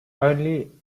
only